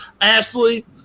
Ashley